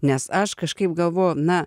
nes aš kažkaip galvoju na